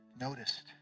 noticed